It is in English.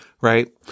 right